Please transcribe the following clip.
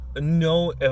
no